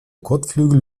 kotflügel